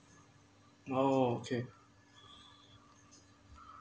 oh okay